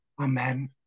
amen